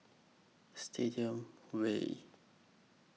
Stadium Way